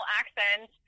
accent